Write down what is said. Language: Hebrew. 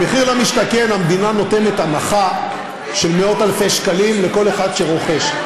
במחיר למשתכן המדינה נותנת הנחה של מאות-אלפי שקלים לכל אחד שרוכש.